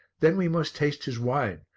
then we must taste his wine,